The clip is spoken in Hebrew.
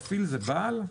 מפעיל הוא בעל?